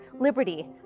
liberty